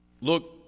look